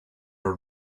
are